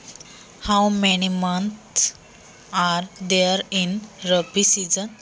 रब्बी हंगामात किती महिने असतात?